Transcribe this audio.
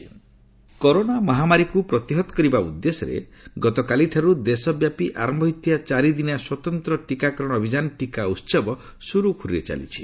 ଟିକା ଉତ୍ସବ କରୋନା ମହାମାରୀକୁ ପ୍ରତିହତ କରିବା ଉଦ୍ଦେଶ୍ୟରେ ଗତକାଲିଠାରୁ ଦେଶବ୍ୟାପୀ ଆରମ୍ଭ ହୋଇଥିବା ଚାରିଦିନିଆ ସ୍ପତନ୍ତ୍ର ଟିକାକରଣ ଅଭିଯାନ 'ଟିକା ଉତ୍ସବ' ସୁରୁଖୁରୁରେ ଚାଲିଛି